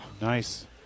Nice